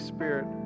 Spirit